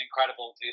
incredible